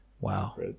Wow